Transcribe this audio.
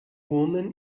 woman